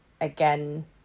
again